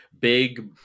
big